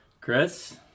Chris